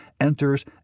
enters